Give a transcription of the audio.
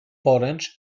poręcz